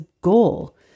goal